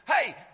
Hey